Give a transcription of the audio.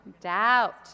Doubt